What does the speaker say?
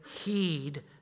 heed